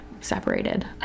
separated